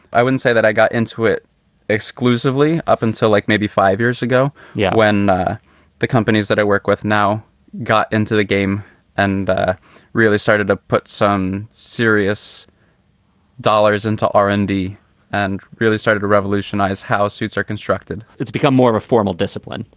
i wouldn't say that i got into it exclusively up until like maybe five years ago. yeah. when the companies that i work with now got into the game and really started to put some serious dollars into r and d and really started to revolutionize how suits are constructed, it's become more of a formal discipline.